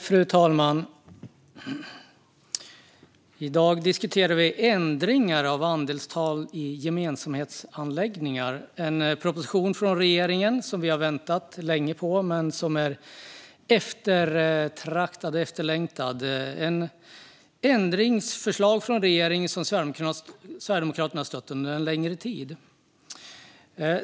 Fru talman! I dag diskuterar vi Ändringar av andelstal i gemensamhetsanläggningar , en proposition från regeringen som vi har väntat mycket på. Den är efterlängtad. Den innehåller ändringar som Sverigedemokraterna har stött under en längre tid.